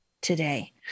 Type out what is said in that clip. today